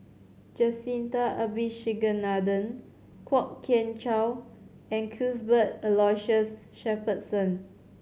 Jacintha Abisheganaden Kwok Kian Chow and Cuthbert Aloysius Shepherdson